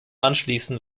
anschließen